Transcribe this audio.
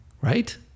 right